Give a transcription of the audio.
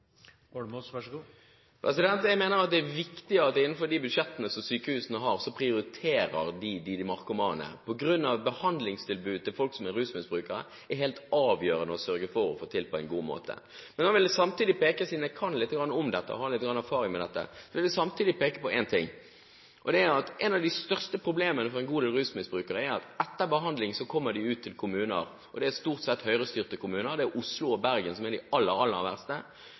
Holmås mot en bedre hverdag for svært mange narkomane i dag? Jeg mener at det er viktig at sykehusene innenfor de budsjettene de har, prioriterer de narkomane, på grunn av at behandlingstilbudet til folk som er rusmisbrukere, er helt avgjørende å sørge for å få til på en god måte. Men siden jeg kan litt om dette og har litt erfaring med det, vil jeg samtidig peke på én ting, og det er at et av de største problemene for en god del rusmisbrukere er at etter behandling kommer de ut til kommunene. Det er stort sett Høyre-styrte kommuner, nemlig Oslo og Bergen, som er de aller, aller verste,